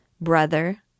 Brother